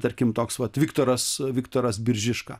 tarkim toks vat viktoras viktoras biržiška